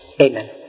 Amen